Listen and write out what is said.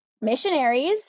Missionaries